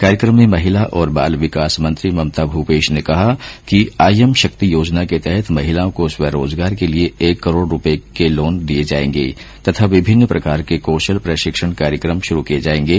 कार्यक्रम में महिला और बाल विकास मंत्री ममता भूपेश ने कहा कि आईएम शक्ति योजना के तहत महिलाओं को स्वरोजगार के लिए एक करोड़ रूपये तक के लोन दिये जायेंगे तथा विभिन्न प्रकार के कौशल प्रशिक्षण कार्यक्रम शुरू किये जायेंगे